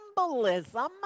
symbolism